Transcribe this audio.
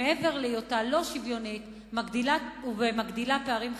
מעבר להיותה לא שוויונית ומגדילה פערים חברתיים.